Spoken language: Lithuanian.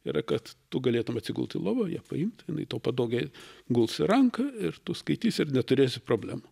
yra kad tu galėtum atsigult į lovą ją paimt jinai tau patogiai guls į ranką ir tu skaitysi ir neturėsi problemų